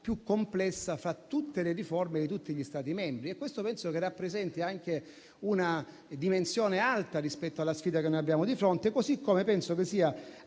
più complessa fra tutte le riforme degli Stati membri. Questo penso rappresenti anche una dimensione alta rispetto alla sfida che abbiamo di fronte. Così come penso che sia